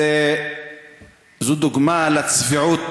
זו דוגמה לצביעות